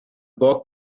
book